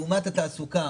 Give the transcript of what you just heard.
לעומת התעסוקה.